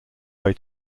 way